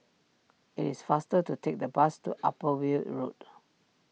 it is faster to take the bus to Upper Weld Road